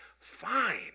fine